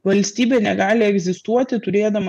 valstybė negali egzistuoti turėdama